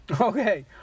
Okay